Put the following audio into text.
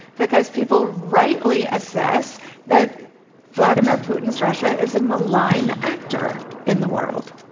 because people rightly assess that vladimir putin's russia is a malign actor in the world.